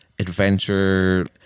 adventure